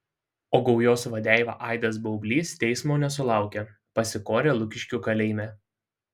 o gaujos vadeiva aidas baublys teismo nesulaukė pasikorė lukiškių kalėjime